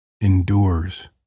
Endures